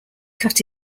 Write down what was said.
cut